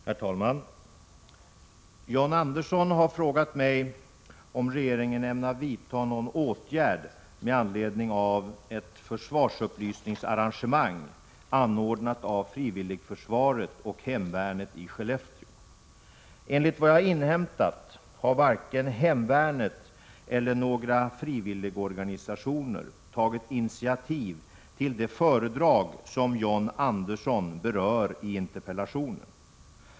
Herr talman! John Andersson har frågat mig om regeringen ämnar vidta någon åtgärd med anledning av ett försvarsupplysningsarrangemang anordnat av frivilligförsvaret och hemvärnet i Skellefteå. Enligt vad jag inhämtat har varken hemvärnet eller några frivilligorganisationer tagit initiativ till det föredrag som John Andersson berör i interpellationen.